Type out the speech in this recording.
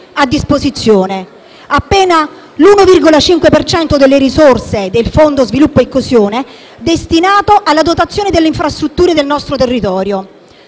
e, per finire, appena l'1,5 per cento delle risorse del Fondo sviluppo e coesione destinato alla dotazione infrastrutturale del nostro territorio